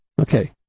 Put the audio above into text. Okay